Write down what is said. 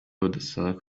budasanzwe